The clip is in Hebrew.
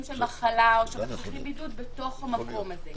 של מחלה או של בידוד בתוך המקום הזה.